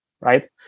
right